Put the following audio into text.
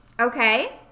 Okay